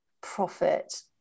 profit